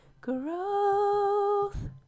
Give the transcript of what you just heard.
growth